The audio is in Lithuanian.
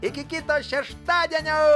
iki kito šeštadienio